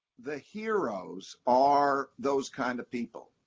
the heroes are those kind of people.